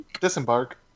disembark